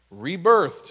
rebirthed